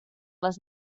les